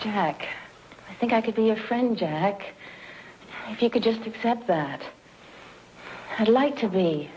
jack i think i could be your friend jack if you could just accept that i'd like to be